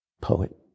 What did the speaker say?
poet